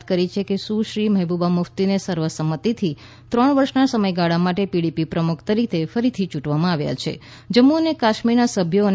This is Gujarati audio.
હેન્ડલ દ્વારા કરવામાં આવી છે કરી કે સુશ્રી મહેબૂબા મુફ્તીને સર્વસંમતિથી ત્રણ વર્ષના સમયગાળા માટે પીડીપી પ્રમુખ તરીકે ફરીથી ચૂંટવામાં આવ્યા છે જમ્મુ અને કાશ્મીરના સભ્યો અને